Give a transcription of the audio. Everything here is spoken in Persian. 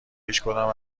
هیچکدام